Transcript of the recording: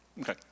Okay